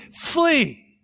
Flee